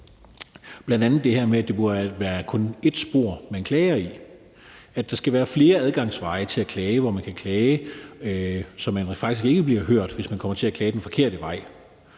ting, bl.a. det her med, at det kun burde være ét spor, man klager i. At der skal være flere adgangsveje til at klage, hvor man kan klage, så man faktisk ikke bliver hørt, hvis man kommer til at klage ad den forkerte vej,